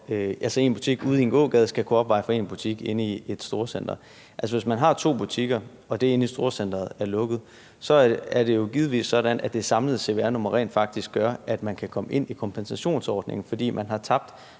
at én butik i en gågade skal kunne opveje én butik inde i et storcenter. Altså, hvis man har to butikker og den inde storcenteret er lukket, er det jo givetvis sådan, at det samlede cvr-nummer rent faktisk gør, at man kan komme ind i kompensationsordningen, fordi man har tabt